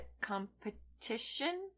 competition